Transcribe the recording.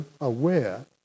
aware